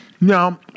Now